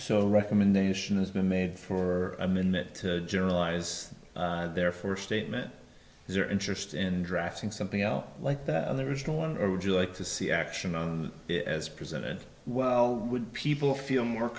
so recommendation has been made for a minute to generalize therefore statement your interest in drafting something else like that other original one or would you like to see action on it as presented well would people feel more